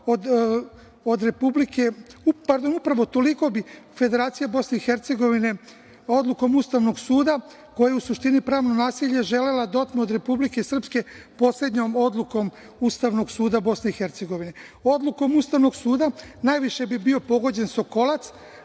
od Republike, pardon, upravo toliko bi Federacija Bosne i Hercegovine odlukom Ustavnog suda, koja je u suštini pravno nasilje želela da otme od Republike Srpske poslednjom odlukom Ustavnog suda Bosne i Hercegovine. Odlukom Ustavnog suda najviše bi bio pogođen Sokolac,